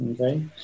okay